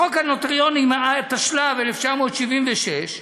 בחוק הנוטריונים, התשל"ו 1976,